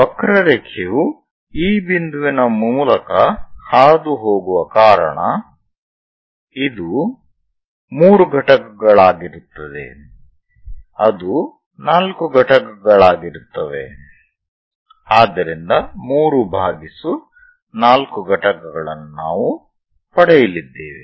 ವಕ್ರರೇಖೆಯು ಈ ಬಿಂದುವಿನ ಮೂಲಕ ಹಾದುಹೋಗುವ ಕಾರಣ ಇದು ಮೂರು ಘಟಕಗಳಾಗಿರುತ್ತದೆ ಅದು 4 ಘಟಕಗಳಾಗಿರುತ್ತದೆ ಆದ್ದರಿಂದ 3 4 ಘಟಕಗಳನ್ನು ನಾವು ಪಡೆಯಲಿದ್ದೇವೆ